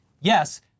Yes